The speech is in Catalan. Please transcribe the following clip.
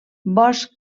bosc